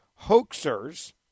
hoaxers